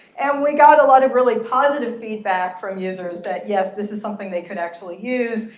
and we got a lot of really positive feedback from users that, yes, this is something they could actually use.